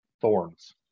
thorns